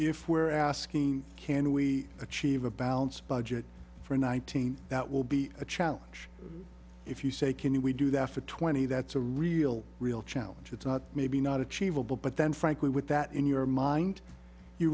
if we're asking can we achieve a balanced budget for nineteen that will be a challenge if you say can we do that for twenty that's a real real challenge it's not maybe not achievable but then frankly with that in your mind you